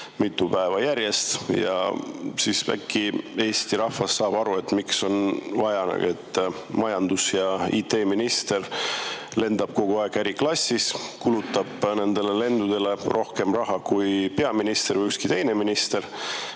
päeva järjest. Vahest Eesti rahvas saab aru, miks on vaja, et majandus- ja IT-minister lendab kogu aeg äriklassis, kulutades nendele lendudele rohkem raha kui peaminister või ükski teine minister.